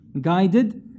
guided